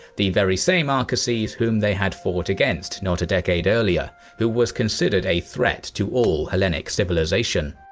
the very same arcases whom they had fought against not a decade earlier, who was considered a threat to all hellenic civilization.